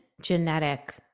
genetic